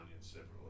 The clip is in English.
separately